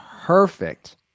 perfect